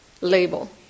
label